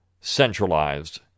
centralized